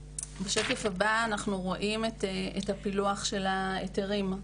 בשקף הזה אנחנו רואים את הפילוח של ההיתרים.